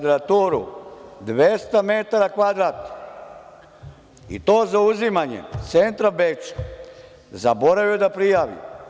Dvesta metara kvadrat, i to zauzimanje centra Beča zaboravio da prijavi.